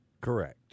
Correct